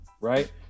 right